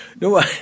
No